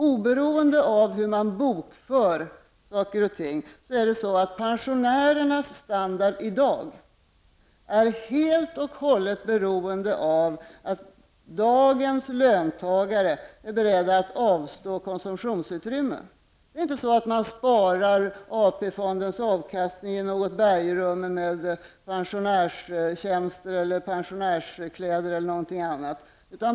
Oberoende av hur man bokför saker och ting, är pensionärernas standard i dag helt och hållet beroende av att dagens löntagare är beredda att avstå konsumtionsutrymme. Det är inte så, att man sparar AP-fondens avkastning i något bergrum med pensionärskläder, pensionärstjänster eller något annat.